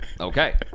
Okay